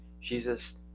Jesus